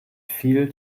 viel